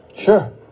Sure